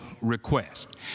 request